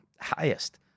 highest